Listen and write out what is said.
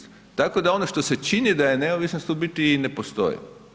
Tako da ono što se čini da je neovisnost u biti i ne postoji.